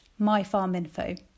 myfarminfo